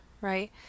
right